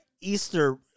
Easter